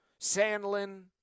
Sandlin